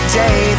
day